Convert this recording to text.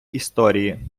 історії